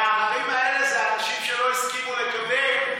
והעררים האלה זה אנשים שלא הסכימו לקבל את הפיצוי.